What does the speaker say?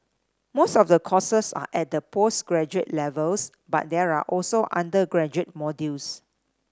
most of the courses are at the postgraduate levels but there are also undergraduate modules